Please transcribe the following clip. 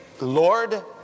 Lord